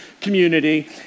community